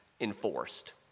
enforced